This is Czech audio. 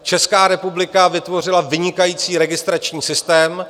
Česká republika vytvořila vynikající registrační systém.